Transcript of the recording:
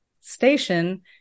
station